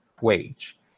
wage